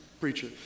Preacher